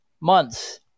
months